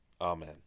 Amen